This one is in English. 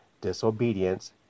Disobedience